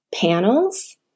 panels